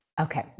Okay